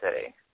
City